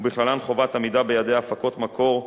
ובכללן חובת עמידה ביעדי הפקות מקור,